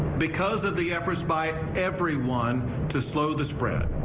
because of the efforts by everyone to slow the spread.